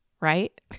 Right